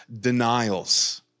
denials